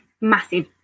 massive